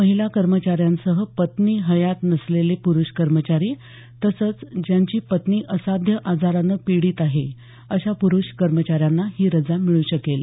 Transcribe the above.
महिला कर्मचाऱ्यांसह पत्नी हयात नसलेले पुरुष कर्मचारी तसंच ज्याची पत्नी असाध्य आजारानं पीडित आहे अशा पुरुष कर्मचाऱ्यांना ही रजा मिळू शकेल